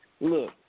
Look